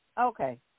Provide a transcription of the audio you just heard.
Okay